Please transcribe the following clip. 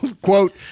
Quote